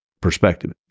perspective